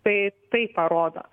tai tai parodo